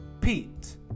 Pete